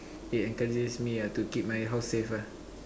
it encourages me ah to keep my house safe ah